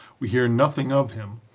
we hear nothing of him,